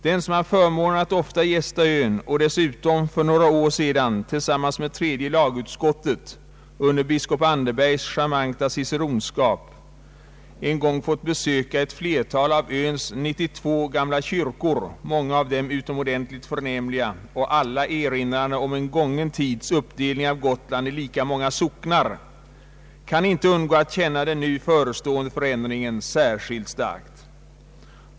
Den som haft förmånen att ofta gästa ön och dessutom för några år sedan tillsammans med tredje lagutskottet under biskop Anderbergs charmanta ciceronskap fått besöka ett flertal av öns 92 gamla kyrkor, många av dem utomordentligt förnämliga och alla erinrande om en gången tids uppdelning av Gotland i lika många socknar, kan inte undgå att känna den nu förestående förändringen särskilt starkt.